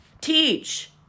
Teach